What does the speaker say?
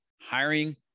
hiring